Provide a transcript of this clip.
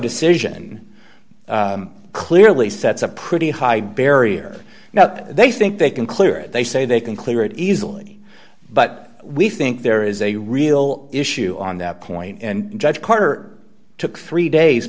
decision clearly sets a pretty high barrier now they think they can clear it they say they can clear it easily but we think there is a real issue on that point and judge carter took three days